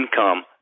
income